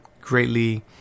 greatly